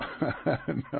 No